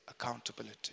accountability